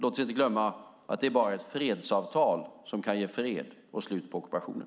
Låt oss inte glömma att det bara är ett fredsavtal som kan ge fred och slut på ockupationen.